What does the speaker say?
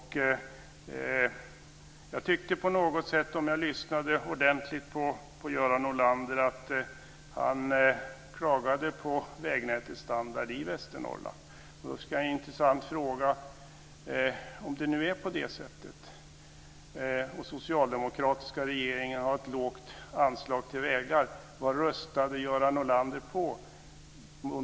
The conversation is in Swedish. Jag tyckte på något sätt, om jag lyssnade ordentligt på Göran Norlander, att han klagade på vägnätets standard i Västernorrland. Då har jag en intressant fråga. Om det nu är på det sättet att den socialdemokratiska regeringen har ett lågt anslag till vägar, vad röstade Göran Norlander på?